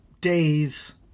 days